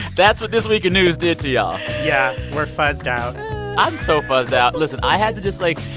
that's what this week of news did to y'all yeah. we're fuzzed out i'm so fuzzed out. listen. i had to just like,